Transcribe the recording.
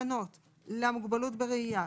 תקנות למוגבלות בראייה,